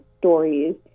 stories